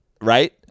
right